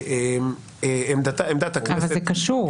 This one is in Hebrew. עמדת הכנסת היא --- אבל זה קשור.